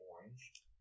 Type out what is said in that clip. orange